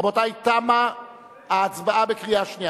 רבותי, תמה ההצבעה בקריאה שנייה.